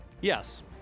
yes